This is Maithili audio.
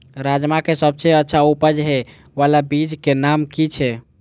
राजमा के सबसे अच्छा उपज हे वाला बीज के नाम की छे?